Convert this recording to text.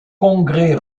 congrès